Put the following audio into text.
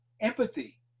Empathy